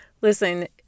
Listen